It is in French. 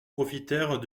profitèrent